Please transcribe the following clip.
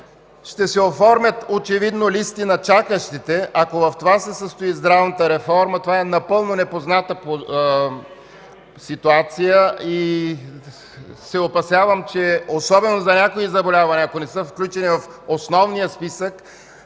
ще се оформят очевидно листи на чакащите. Ако в това се състои здравната реформа, това е напълно непозната ситуация и се опасявам, че особено за някои заболявания, ако не са включени в основния списък,